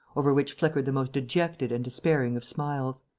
over which flickered the most dejected and despairing of smiles.